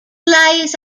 lies